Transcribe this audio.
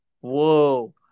Whoa